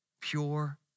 pure